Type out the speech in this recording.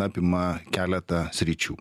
apima keletą sričių